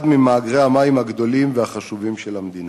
אחד ממאגרי המים הגדולים והחשובים של המדינה.